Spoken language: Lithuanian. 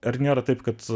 ar nėra taip kad